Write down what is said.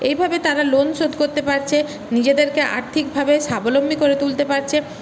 এইভাবে তারা লোন শোধ করতে পারছে নিজেদেরকে আর্থিকভাবে স্বাবলম্বী করে তুলতে পারছে